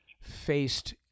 faced